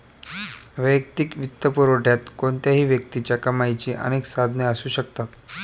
वैयक्तिक वित्तपुरवठ्यात कोणत्याही व्यक्तीच्या कमाईची अनेक साधने असू शकतात